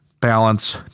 balance